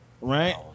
Right